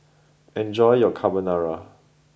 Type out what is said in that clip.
enjoy your Carbonara